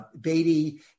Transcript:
Beatty